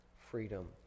freedom